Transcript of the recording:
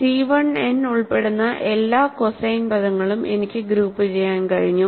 C 1 N ഉൾപ്പെടുന്ന എല്ലാ cosine പദങ്ങളും എനിക്ക് ഗ്രൂപ്പുചെയ്യാൻ കഴിഞ്ഞു